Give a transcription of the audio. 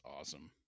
awesome